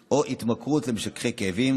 או התמכרות למשככי כאבים.